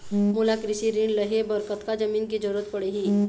मोला कृषि ऋण लहे बर कतका जमीन के जरूरत पड़ही?